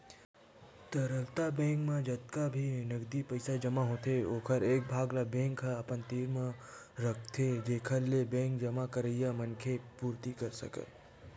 तरलता बेंक म जतका भी नगदी पइसा जमा होथे ओखर एक भाग ल बेंक ह अपन तीर रखथे जेखर ले बेंक जमा करइया मनखे के पुरती कर सकय